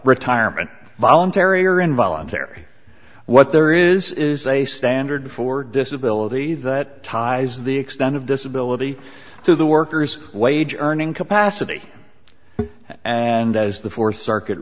retirement voluntary or involuntary what there is is a standard for disability that ties the extent of disability to the workers wage earning capacity and as the fourth circuit